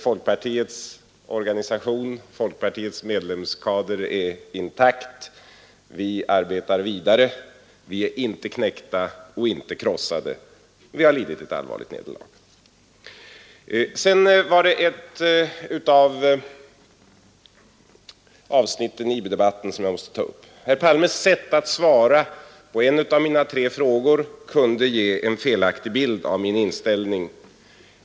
Folkpartiets organisation och folkpartiets medlemskader är intakta. Vi arbetar vidare. Vi är inte knäckta och inte krossade. Men vi har lidit ett allvarligt nederlag. Ett avsnitt av IB-debatten måste jag ta upp. Herr Palmes sätt att svara på en av mina tre frågor kunde ge en felaktig bild av min inställning.